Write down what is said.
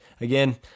again